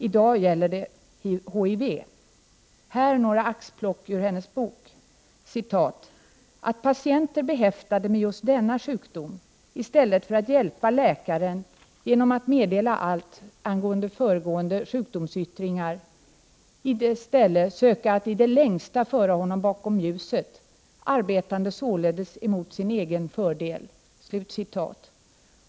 I dag gäller det HIV. Jag vill göra några axplock ur hennes bok. Hon skriver bl.a. ”att patienter behäftade med just denna sjukdom, i stället för att hjälpa läkaren genom att meddela allt angående föregående sjukdomsyttringar, i dess ställe söka att i det längsta föra honom bakom ljuset, arbetande således emot sin egen fördel”.